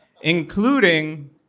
including